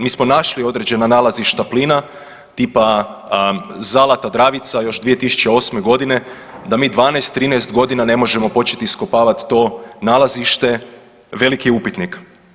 Mi smo našli određena nalazišta plina tipa Zalata Dravica još 2008. godine, da mi 12, 13 godina ne možemo početi iskopavati to nalazište veliki je upitnik.